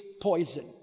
poison